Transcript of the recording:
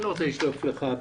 אני לא רוצה לשלוף לך.